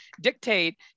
dictate